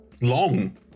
Long